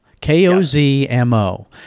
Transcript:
k-o-z-m-o